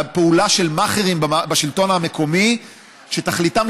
על הפעולה של מאכערים בשלטון המקומי שתכליתם